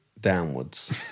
downwards